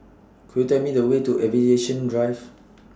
Could YOU Tell Me The Way to Aviation Drive